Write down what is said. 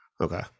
Okay